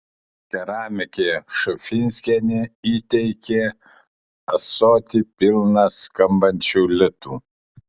keramikė šufinskienė įteikė ąsotį pilną skambančių litų